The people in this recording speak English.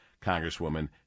Congresswoman